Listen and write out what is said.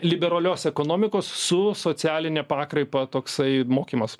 liberalios ekonomikos su socialine pakraipa toksai mokymas